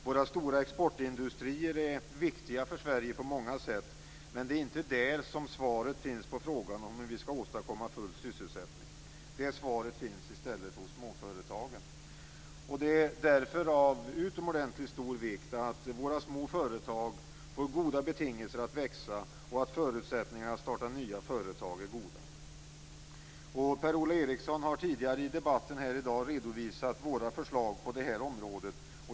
Våra stora exportindustrier är på många sätt viktiga för Sverige men det är inte där som svaret finns på frågan om hur vi skall åstadkomma full sysselsättning. Det svaret finns i stället hos småföretagen. Det är därför av utomordentligt stor vikt att våra små företag får goda betingelser att växa, liksom att förutsättningarna att starta nya företag är goda. Per-Ola Eriksson har tidigare i debatten i dag redovisat våra förslag på detta område.